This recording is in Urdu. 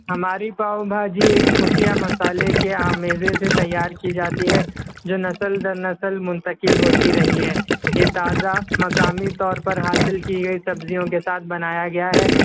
ہماری پاؤ بھاجی ایک خفیہ مصالحے کے آمیزے سے تیار کی جاتی ہے جو نسل در نسل منتقل ہوتی رہی ہے یہ تازہ مقامی طور پر حاصل کی گئی سبزیوں کے ساتھ بنایا گیا ہے